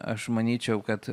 aš manyčiau kad